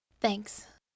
Thanks